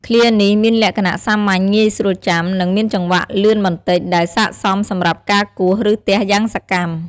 ឃ្លានេះមានលក្ខណៈសាមញ្ញ ងាយស្រួលចាំ និងមានចង្វាក់លឿនបន្តិច ដែលស័ក្តិសមសម្រាប់ការគោះ ឬទះយ៉ាងសកម្ម។